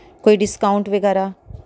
ਕੋਈ ਡਿਸਕਾਊਂਟ ਵਗੈਰਾ